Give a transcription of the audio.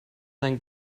ein